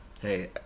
hey